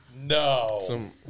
No